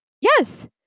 yes